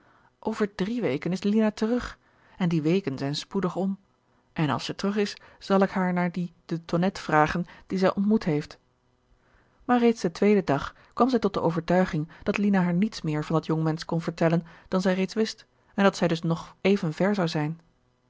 over drie weken is lina terug en die weken zijn spoedig om en als zij gerard keller het testament van mevrouw de tonnette terug is zal ik haar naar dien de tonnette vragen dien zij ontmoet heeft maar reeds den tweeden dag kwam zij tot de overtuiging dat lina haar niets meer van dat jonge mensch kon vertellen dan zij reeds wist en dat zij dus dan nog even ver zou zijn